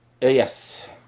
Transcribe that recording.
Yes